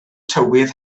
tywydd